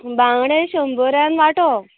बांगडे शंबरान वांटो